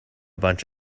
bunch